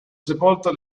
sepolto